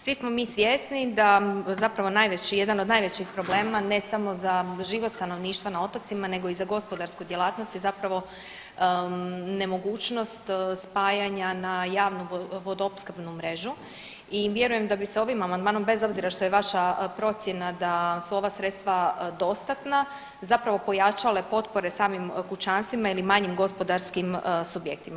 Svi smo mi svjesni da zapravo najveći, jedan od najvećih problema, ne samo za život stanovništva na otocima, nego i za gospodarsku djelatnost zapravo nemogućnost spajanja na javnu vodoopskrbnu mrežu i vjerujem da bi se ovim amandmanom, bez obzira što je vaša procjena da su ova sredstva dostatna, zapravo pojačale potpore samim kućanstvima ili manjim gospodarskim subjektima.